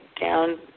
down